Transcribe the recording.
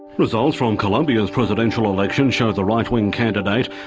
results from colombia's presidential elections show the right-wing candidate,